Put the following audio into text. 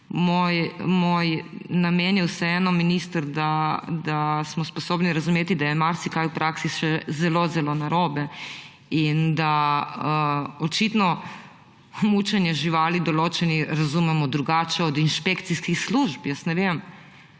moj namen je vseeno, minister, da smo sposobni razumeti, da je marsikaj v praksi še zelo zelo narobe, in da očitno mučenje živali določeni razumemo drugače od inšpekcijskih služb, jaz ne vem.